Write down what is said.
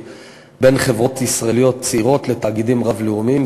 בין חברות ישראליות צעירות לתאגידים רב-לאומיים.